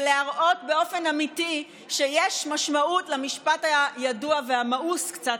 ולהראות באופן אמתי שיש משמעות למשפט הידוע והמאוס קצת,